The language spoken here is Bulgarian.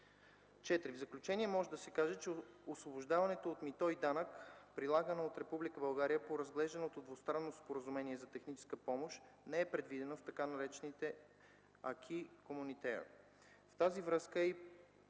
В заключение може да се каже, че освобождаването от мито и данък, прилагано от Република България по разглежданото двустранно споразумение за техническа помощ, не е предвидено в така наречените